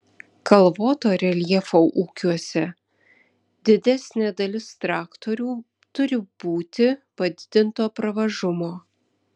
kalvoto reljefo ūkiuose didesnė dalis traktorių turi būti padidinto pravažumo